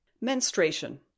Menstruation